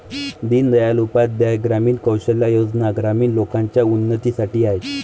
दीन दयाल उपाध्याय ग्रामीण कौशल्या योजना ग्रामीण लोकांच्या उन्नतीसाठी आहेत